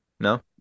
No